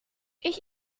ich